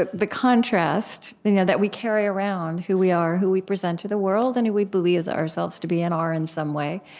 but the contrast and yeah that we carry around who we are, who we present to the world, and who we believe ourselves to be and are, in some way